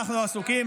אנחנו עסוקים,